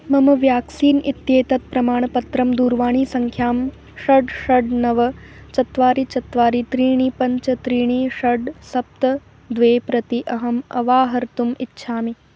मम व्याक्सीन् इत्येतत् प्रमाणपत्रं दूरवाणीसङ्ख्यां षड् षड् नव चत्वारि चत्वारि त्रीणि पञ्च त्रीणि षड् सप्त द्वे प्रति अहम् अवाहर्तुम् इच्छामि